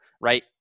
right